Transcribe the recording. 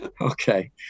okay